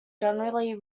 generally